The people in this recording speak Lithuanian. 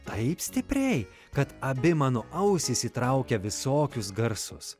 taip stipriai kad abi mano ausys įtraukia visokius garsus